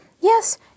Yes